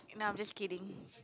nah I'm just kidding